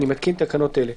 אני מתקין תקנות אלה: